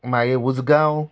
मागी उजगांव